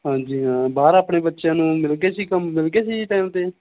ਹਾਂਜੀ ਹਾਂ ਬਾਹਰ ਆਪਣੇ ਬੱਚਿਆਂ ਨੂੰ ਮਿਲ ਗਿਆ ਸੀ ਕੰਮ ਮਿਲ ਗਿਆ ਸੀ ਟਾਈਮ 'ਤੇ